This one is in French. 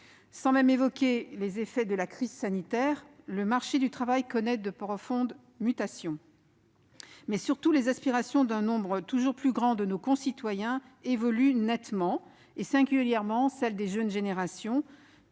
Sans même évoquer les effets de la crise sanitaire, le marché du travail connaît des mutations profondes. Surtout, les aspirations d'un nombre toujours plus grand de nos concitoyens évoluent nettement, singulièrement celles des jeunes générations